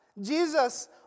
Jesus